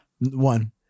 one